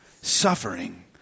suffering